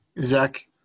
Zach